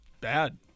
Bad